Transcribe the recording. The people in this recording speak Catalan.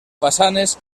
façanes